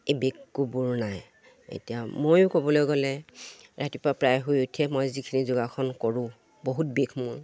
এই বিষ কোফবোৰ নাই এতিয়া ময়ো ক'বলৈ গ'লে ৰাতিপুৱা প্ৰায় শুই উঠিয়ে মই যিখিনি যোগাসন কৰোঁ বহুত বিষ মোৰ